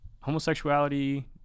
Homosexuality